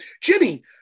Jimmy